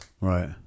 Right